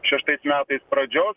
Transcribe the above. šeštais metais pradžios